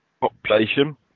population